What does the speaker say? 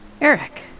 Eric